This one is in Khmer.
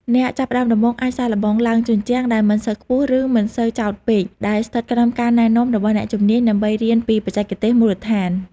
អ្នកចាប់ផ្តើមដំបូងអាចសាកល្បងឡើងជញ្ជាំងដែលមិនសូវខ្ពស់ ឬមិនសូវចោតពេក ដែលស្ថិតក្រោមការណែនាំរបស់អ្នកជំនាញដើម្បីរៀនពីបច្ចេកទេសមូលដ្ឋាន។